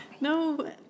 No